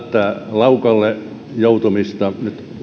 laukalle joutumista nyt havaitsen että eri tahoilta